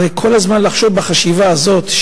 הרי כל הזמן לחשוב בחשיבה הזאת,